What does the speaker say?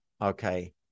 Okay